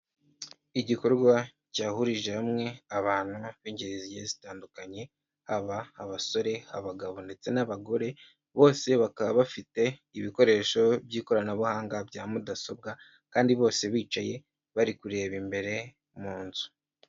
Igikorwa cyahurije hamwe abantu b'ingeri zigiye zitandukanye, haba abasore, abagabo ndetse n'abagore, bose bakaba bafite ibikoresho by'ikoranabuhanga, bya mudasobwa, kandi bose bicaye bari kureba imbere mu nzu.